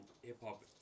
hip-hop